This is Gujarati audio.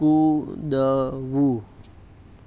કૂદવું